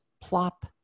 plop